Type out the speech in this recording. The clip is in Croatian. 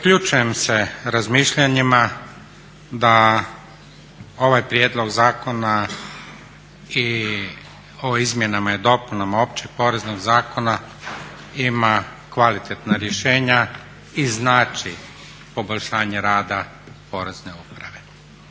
Priključujem se razmišljanjima da ovaj prijedlog zakona i o izmjenama i dopunama Općeg poreznog zakona ima kvalitetna rješenja i znači poboljšanje rada Porezne uprave,